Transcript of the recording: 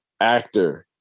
actor